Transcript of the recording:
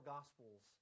Gospels